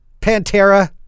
Pantera